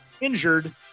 injured